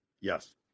Yes